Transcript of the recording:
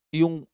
yung